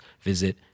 visit